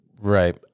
Right